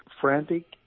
frantic